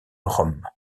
rome